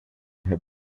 had